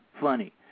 funny